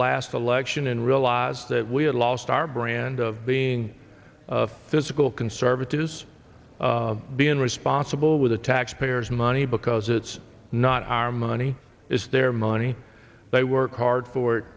last election and realize that we had lost our brand of being physical conservatives being responsible with the taxpayers money because it's not our money is their money they work hard for it